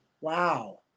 Wow